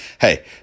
hey